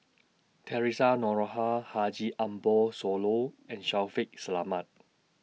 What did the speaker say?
Theresa Noronha Haji Ambo Sooloh and Shaffiq Selamat